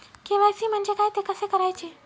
KYC म्हणजे काय? ते कसे करायचे?